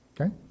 Okay